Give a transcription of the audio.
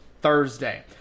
Thursday